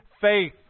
faith